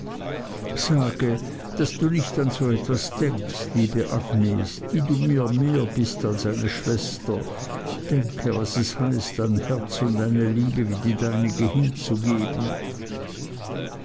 sage daß du nicht an so etwas denkst liebe agnes die du mir mehr bist als eine schwester denke was es heißt ein herz und eine liebe wie die deinige hinzugeben